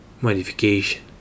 modification